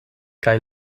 kaj